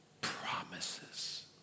promises